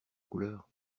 couleurs